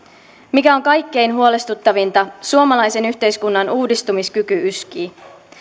mikä on kaikkein huolestuttavinta suomalaisen yhteiskunnan uudistumiskyky yskii